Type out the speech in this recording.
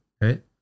right